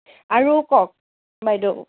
আৰু কওক বাইদেউ